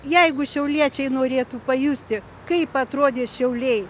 jeigu šiauliečiai norėtų pajusti kaip atrodė šiauliai